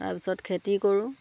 তাৰপিছত খেতি কৰোঁ